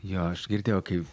jo aš girdėjau kaip